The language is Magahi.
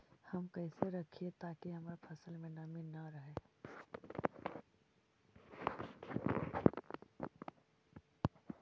हम कैसे रखिये ताकी हमर फ़सल में नमी न रहै?